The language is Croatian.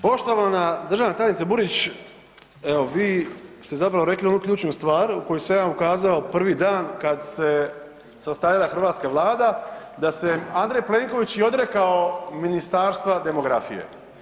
Poštovana državna tajnice Burić, evo vi ste zapravo rekli onu ključnu stvar, u koju sam ja ukazao prvi dan kad se sastavljala hrvatska Vlada da se Andrej Plenković i odrekao Ministarstva demografije.